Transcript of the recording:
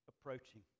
approaching